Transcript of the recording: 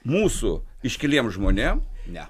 mūsų iškiliem žmonėm ne